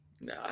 No